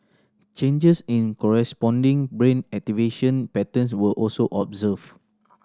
changes in corresponding brain activation patterns were also observed